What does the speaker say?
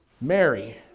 Mary